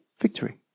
victory